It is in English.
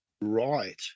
right